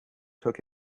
took